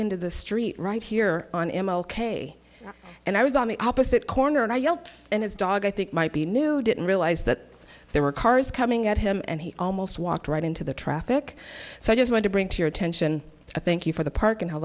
into the street right here on m l k and i was on the opposite corner and i yelled and his dog i think might be new didn't realize that there were cars coming at him and he almost walked right into the traffic so i just want to bring to your attention i think you for the park and h